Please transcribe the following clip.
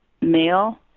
male